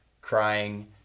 crying